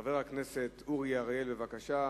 חבר הכנסת אורי אריאל, בבקשה.